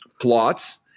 plots